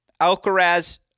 Alcaraz